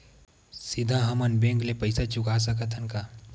सीधा हम मन बैंक ले पईसा चुका सकत हन का?